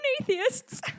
atheists